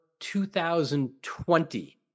2020